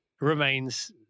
remains